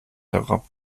herab